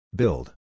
build